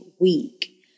week